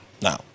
Now